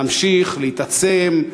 להמשיך להתעצם,